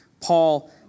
Paul